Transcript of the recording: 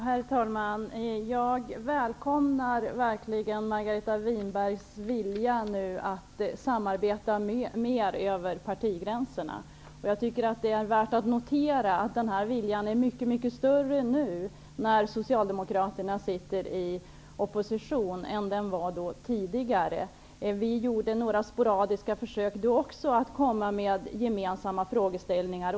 Herr talman! Jag välkomnar verkligen Margareta Winbergs vilja att samarbeta mer över partigränserna. Jag tycker att det är värt att notera att denna vilja är mycket större nu när Socialdemokraterna sitter i opposition än den var tidigare. Vi har tidigare gjort några sporadiska försök att samarbeta i vissa gemensamma frågeställningar.